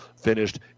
finished